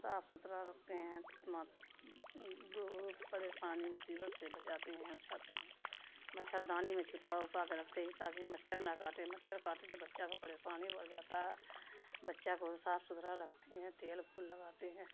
صاف ستھرا رکھتے ہیں دھوب پریشانی مصیبت سے بچاتے ہیں وچاتے ہیں مچھردانی میں چھپا وپا کے رکھتے ہیں تاکہ مچھر نہ کاٹے مچھر کاٹے تو بچہ کو پریشانی بڑھ جاتا ہے بچہ کو صاف ستھرا رکھتے ہیں تیل وول لگاتے ہیں